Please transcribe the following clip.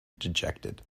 dejected